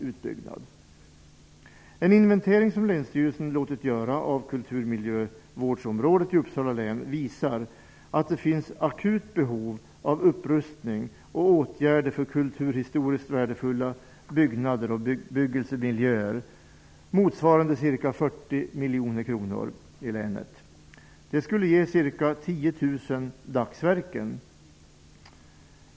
Uppsala län som länsstyrelsen låtit göra visar att det finns akut behov av upprustning och åtgärder för kulturhistoriskt värdefulla byggnader och bebyggelsemiljöer motsvarande ca 40 miljoner kronor. Det skulle ge ca 10 000 dagsverken.